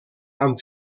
amb